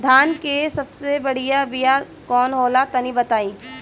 धान के सबसे बढ़िया बिया कौन हो ला तनि बाताई?